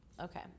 Okay